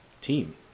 team